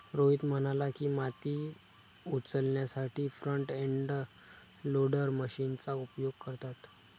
रोहित म्हणाला की, माती उचलण्यासाठी फ्रंट एंड लोडर मशीनचा उपयोग करतात